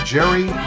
Jerry